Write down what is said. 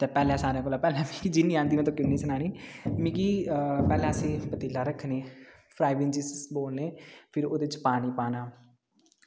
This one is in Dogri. ते पैह्लें सारें कोला जिन्नी आंदी ओह् सनानी मिगी अस पैह्लें इक्क पतीला रक्खने फ्राईबीन जिसी अस बोलने ते फिर ओह्दे च पानी पाना